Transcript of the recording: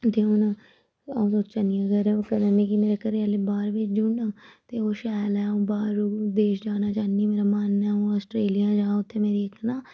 ते हून अ'ऊं सोचा दियां मिगी मेरे घरै आह्ले बाह्र भेजी ओड़न ते ओह् शैल ऐ अ'ऊं बाह्र देश जाना चाह्न्नी मेरा मन ऐ अ'ऊं आस्ट्रेलिया जां उत्थे मेरी इक न